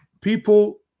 people